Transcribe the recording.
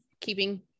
keeping